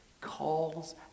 Calls